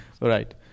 Right